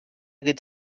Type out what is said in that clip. good